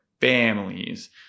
families